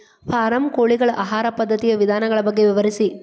form ಕೋಳಿಗಳ ಆಹಾರ ಪದ್ಧತಿಯ ವಿಧಾನಗಳ ಬಗ್ಗೆ ವಿವರಿಸಿ